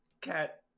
Cat